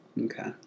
Okay